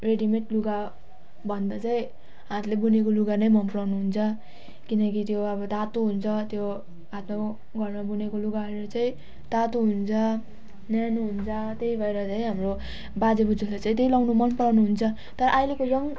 ready made लुगा भन्दा चाहिँ हातले बुनेको लुगा नै मन पराउनु हुन्छ किनकि त्यो अब तातो हुन्छ त्यो हात घरमा बुनेको लुगाहरू चाहिँ तातो हुन्छ न्यानो हुन्छ त्यही भएर चाहिँ हाम्रो बाजे बोजूले चाहिँ त्यही लगाउनु मन पराउनु हुन्छ तर अहिलेको यङ